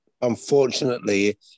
Unfortunately